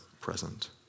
present